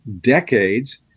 decades